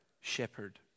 shepherd